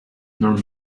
nor